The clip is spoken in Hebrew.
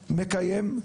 מקיים,